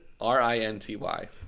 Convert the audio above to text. R-I-N-T-Y